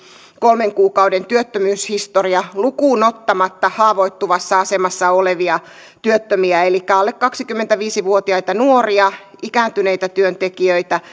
kolmen kuukauden työttömyyshistoria lukuun ottamatta haavoittuvassa asemassa olevia työttömiä elikkä alle kaksikymmentäviisi vuotiaita nuoria ikääntyneitä työntekijöitä